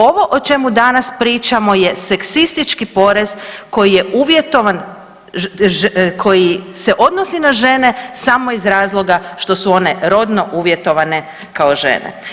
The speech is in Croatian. Ovo o čemu danas pričamo je seksistički porez koji je uvjetovan koji se odnosi na žene samo iz razloga što su one rodno uvjetovane kao žene.